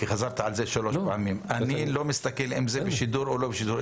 חזרת על זה שלוש פעמים אני לא מסתכל אם זה בשידור או לא בשידור.